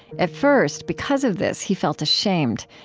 at first, because of this, he felt ashamed.